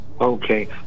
Okay